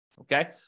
okay